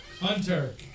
Hunter